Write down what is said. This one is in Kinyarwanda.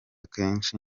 kenshi